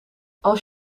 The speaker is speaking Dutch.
als